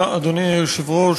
אדוני היושב-ראש,